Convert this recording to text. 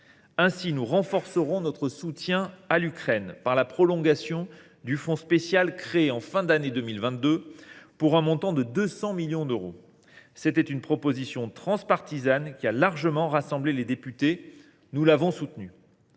Ainsi, nous renforcerons notre soutien à l’Ukraine par la prolongation du fonds spécial créé en fin d’année 2022, pour un montant de 200 millions d’euros. C’était une proposition transpartisane qui a largement rassemblé les députés. Nous l’avons soutenue.